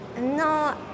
No